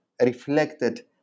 reflected